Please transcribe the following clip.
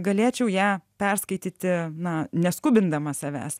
galėčiau ją perskaityti na neskubindama savęs